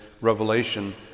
revelation